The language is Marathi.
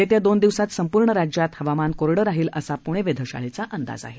येत्या दोन दिवसांत संपूर्ण राज्यात हवामान कोरडं राहील असा पुणे वेधशाळेचा अंदाज आहे